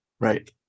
Right